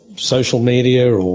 social media,